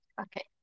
Okay